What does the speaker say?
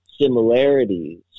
similarities